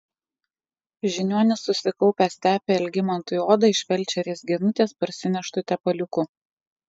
žiniuonis susikaupęs tepė algimantui odą iš felčerės genutės parsineštu tepaliuku